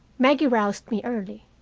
maggie roused me early.